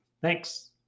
thanks